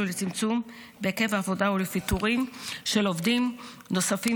לצמצום בהיקף העבודה ולפיטורים של עובדים נוספים,